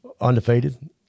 undefeated